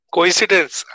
Coincidence